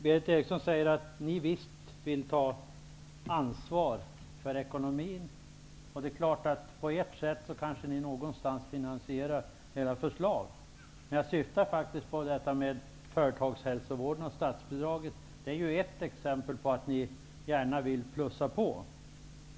Berith Eriksson säger att Vänsterpartiet visst vill ta ansvar för ekonomin. Det är klart att ni på ert sätt kanske någonstans finansierar era förslag. Men frågan om statsbidrag till företagshälsovården är ett exempel på att ni gärna vill plussa på.